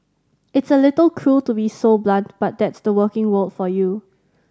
it's a little cruel to be so blunt but that's the working world for you